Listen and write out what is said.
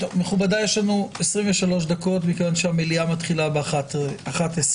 יש לנו 23 דקות כי המליאה ב-11:00.